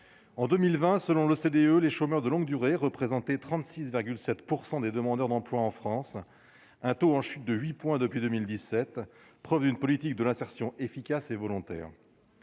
En 2020, selon l'OCDE, les chômeurs de longue durée, représenté 36,7 % des demandeurs d'emploi en France, un taux en chute de 8 points depuis 2017 preuve une politique de l'insertion efficace et volontaire